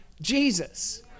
Jesus